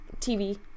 TV